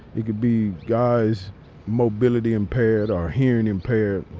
it could be guys mobility impaired or hearing impaired.